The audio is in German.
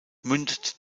mündet